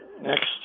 next